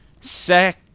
sec